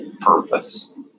purpose